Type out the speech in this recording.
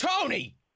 Tony